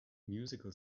musical